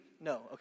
No